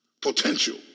Potential